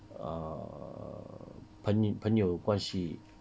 err 朋友朋友关系